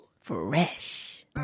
Fresh